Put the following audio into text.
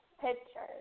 pictures